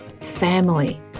family